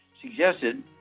suggested